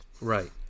right